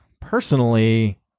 personally